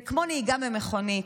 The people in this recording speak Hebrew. זה כמו נהיגה במכונית,